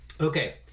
Okay